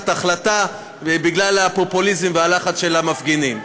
החלטה בגלל הפופוליזם והלחץ של המפגינים,